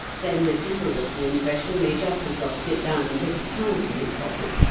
then the giver of the impression may just as well sit down and put his hands in his pockets,